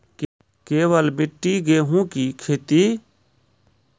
केवल मिट्टी गेहूँ की खेती?